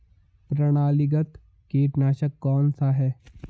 प्रणालीगत कीटनाशक कौन सा है?